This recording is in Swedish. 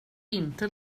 inte